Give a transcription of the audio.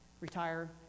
retire